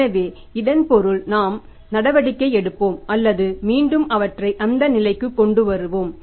எனவே இதன் பொருள் நாம் நடவடிக்கை எடுப்போம் அல்லது மீண்டும் அவற்றை அந்த நிலைக்குக் கொண்டுவருவோம்